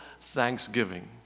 thanksgiving